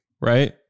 right